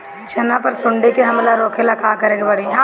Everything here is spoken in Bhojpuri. चना पर सुंडी के हमला रोके ला का करे के परी?